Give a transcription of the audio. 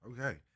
Okay